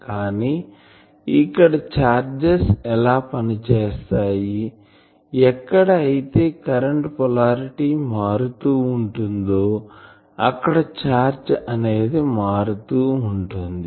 కానీ ఇక్కడ చార్జెస్ ఎలా పని చేస్తాయి ఎక్కడ అయితే కరెంటు పొలారిటీ మారుతూ ఉంటుందో అక్కడ ఛార్జ్ అనేది మారుతూ ఉంటుంది